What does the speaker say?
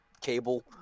Cable